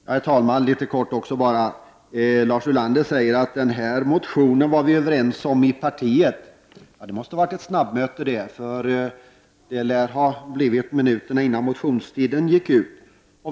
Herr talman! Lars Ulander säger att man inom partiet varit överens om denna motion. Det måste vara ett snabbt möte, det lär ha blivit minuterna innan motionstiden gick ut.